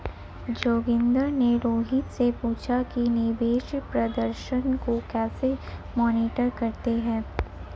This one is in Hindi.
जोगिंदर ने रोहित से पूछा कि निवेश प्रदर्शन को कैसे मॉनिटर करते हैं?